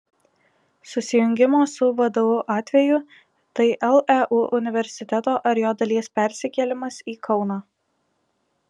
susijungimo su vdu atveju tai leu universiteto ar jo dalies persikėlimas į kauną